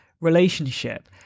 relationship